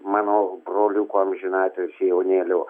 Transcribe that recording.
mano broliuko amžinatilsį jaunėlio